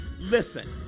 listen